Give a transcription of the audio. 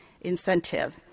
incentive